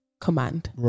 Command